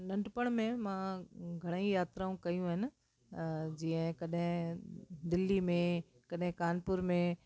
नंढपण में मां घणेई यात्राऊं कयूं आहिनि जीअं कॾहिं दिल्ली में कॾहिं कानपूर में